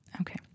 Okay